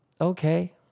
Okay